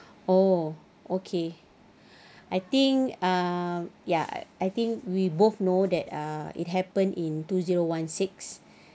oh okay I think um ya I I think we both know that err it happened in two zero one six